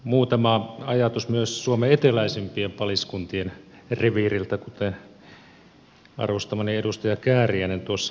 muutama ajatus myös suomen eteläisimpien paliskuntien reviiriltä kuten arvostamani edustaja kääriäinen tuossa totesi